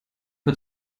hat